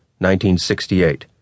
1968